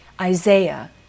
Isaiah